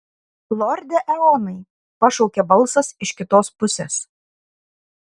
lorde eonai pašaukė balsas iš kitos pusės